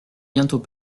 bientôt